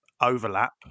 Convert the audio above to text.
overlap